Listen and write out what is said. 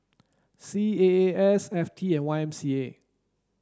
C A A S F T and Y M C A